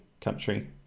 country